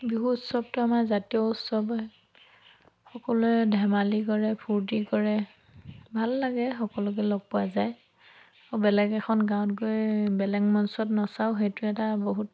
বিহু উৎসৱটো আমাৰ জাতীয় উৎসৱ হয় সকলোৱে ধেমালি কৰে ফুৰ্ত্তি কৰে ভাল লাগে সকলোকে লগ পোৱা যায় আৰু বেলেগ এখন গাঁৱত গৈ বেলেগ মঞ্চত নচাওঁ সেইটো এটা বহুত